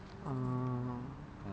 oh